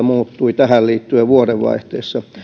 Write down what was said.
muuttui tähän liittyen vuodenvaihteessa